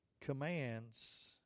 commands